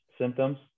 symptoms